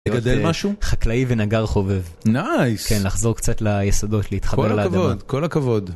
גדל משהו. חקלאי ונגר חובב. נייס! כן לחזור קצת ליסודות, להתחבר לאדמה. כל הכבוד, כל הכבוד!